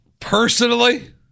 Personally